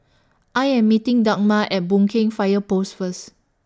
I Am meeting Dagmar At Boon Keng Fire Post First